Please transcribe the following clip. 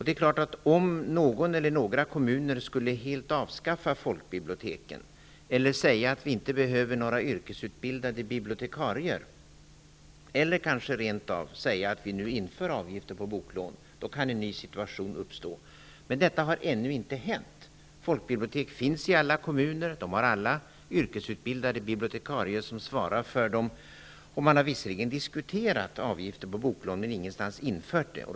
Det är klart att om någon eller några kommuner skulle helt avskaffa folkbiblioteken eller säga att de inte behöver några yrkesutbildade bibliotikarier eller kanske rent av säga att de inför avgifter på boklån, kan en ny situation uppstå. Men det har ännu inte hänt. Folkbibliotek finns i alla kommuner. De har alla yrkesutbildade bibliotikarier som svarar för biblioteken, och man har visserligen diskuterat avgifter på boklån men ingenstans infört sådana.